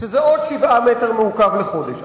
שזה עוד 7 מטר מעוקב לחודש.